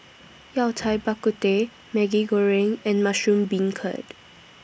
Yao Cai Bak Kut Teh Maggi Goreng and Mushroom Beancurd